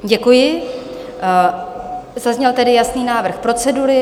Děkuji, zazněl tedy jasný návrh procedury.